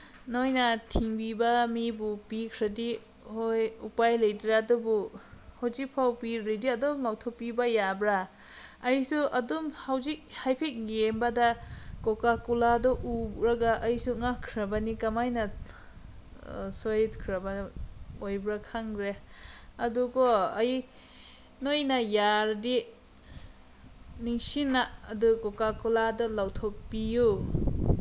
ꯅꯣꯏꯅ ꯊꯤꯟꯕꯤꯕ ꯃꯤꯕꯨ ꯄꯤꯈ꯭ꯔꯗꯤ ꯍꯣꯏ ꯎꯄꯥꯏ ꯂꯩꯇ꯭ꯔꯦ ꯑꯗꯨꯕꯨ ꯍꯧꯖꯤꯛꯐꯥꯎ ꯄꯤꯗ꯭ꯔꯗꯤ ꯑꯗꯨꯝ ꯂꯧꯊꯣꯛꯄꯤꯕ ꯌꯥꯕ꯭ꯔꯥ ꯑꯩꯁꯨ ꯑꯗꯨꯝ ꯍꯧꯖꯤꯛ ꯍꯥꯏꯐꯦꯠ ꯌꯦꯡꯕꯗ ꯀꯣꯀꯥ ꯀꯣꯂꯥꯗꯨ ꯎꯔꯒ ꯑꯩꯁꯨ ꯉꯛꯈ꯭ꯔꯕꯅꯤ ꯀꯃꯥꯏꯅ ꯁꯣꯏꯈ꯭ꯔꯕ ꯑꯣꯏꯕ꯭ꯔ ꯈꯪꯗ꯭ꯔꯦ ꯑꯗꯨꯀꯣ ꯑꯩ ꯅꯣꯏꯅ ꯌꯥꯔꯗꯤ ꯅꯨꯡꯁꯤꯅ ꯑꯗꯨ ꯀꯣꯀꯥ ꯀꯣꯂꯥꯗꯨ ꯂꯧꯊꯣꯛꯄꯤꯌꯨ